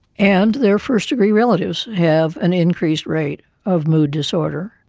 and their first degree relatives have an increased rate of mood disorder.